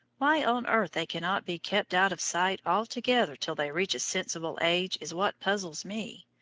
why on earth they can not be kept out of sight altogether till they reach a sensible age is what puzzles me!